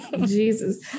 Jesus